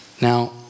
Now